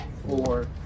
Four